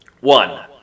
One